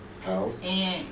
House